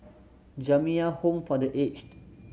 Jamiyah Home for The Aged